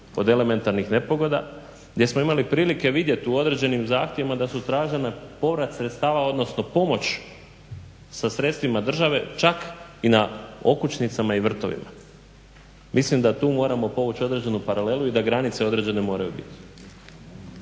od elementarnih nepogoda gdje smo imali prilike vidjeti u određenim zahtjevima da su tražena povrat sredstava odnosno pomoć sa sredstvima država čak i na okućnicama i vrtovima. Mislim da tu moramo povući određenu paralelu i da granice određene moraju biti.